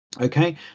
Okay